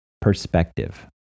perspective